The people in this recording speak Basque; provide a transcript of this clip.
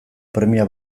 premia